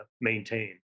maintain